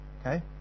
Okay